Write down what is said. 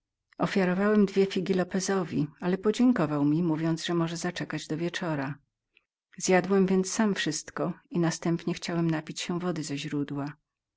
ofiarowałem dwie figi lopezowi ale podziękował mi mówiąc że woli zaczekać do wieczora zjadłem więc sam wszystko i następnie chciałem napić się wody ze źródła